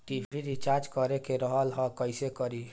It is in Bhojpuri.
टी.वी रिचार्ज करे के रहल ह कइसे करी?